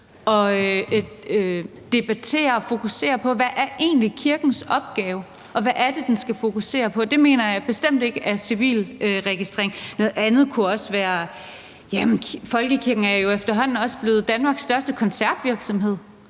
at debattere og fokusere på, hvad kirkens opgave er, og hvad det er, den skal fokusere på. Det mener jeg bestemt ikke er sådan noget som civilregistrering. Noget andet kunne være, at folkekirken efterhånden også blevet Danmarks største koncertvirksomhed.